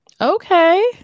Okay